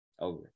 over